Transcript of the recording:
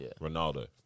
Ronaldo